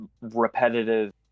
repetitive